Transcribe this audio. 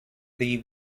the